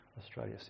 Australia